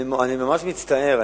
אני ממש מצטער.